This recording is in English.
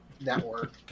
network